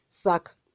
suck